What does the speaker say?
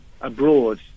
abroad